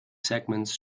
segments